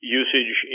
usage